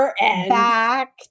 back